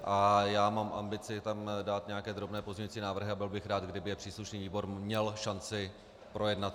A já mám ambici tam dát nějaké drobné pozměňující návrhy a byl bych rád, kdyby je příslušný výbor měl šanci projednat.